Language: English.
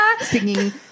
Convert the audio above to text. singing